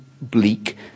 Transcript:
bleak